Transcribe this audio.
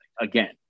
again